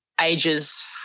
ages